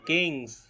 Kings